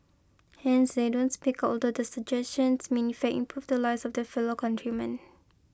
hence they don't speak although their suggestions may in fact improve the lives of their fellow countrymen